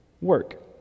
work